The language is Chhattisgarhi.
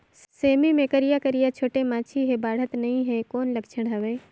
सेमी मे करिया करिया छोटे माछी हे बाढ़त नहीं हे कौन लक्षण हवय?